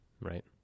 Right